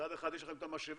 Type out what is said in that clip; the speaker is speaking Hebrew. מצד אחד יש לכם את המשאבה,